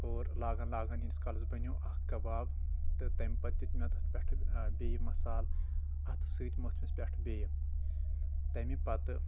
اور لاگان لاگان ییٖتِس کالس بنیٚو اکھ کباب تہٕ تمہِ پتہٕ دِیُت مےٚ تتھ پٮ۪ٹھہٕ بییٚہِ مسال اتھہٕ سۭتۍ موٚتھ مس پٮ۪ٹھہٕ بییٚہِ تیٚمہِ پتہٕ